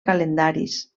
calendaris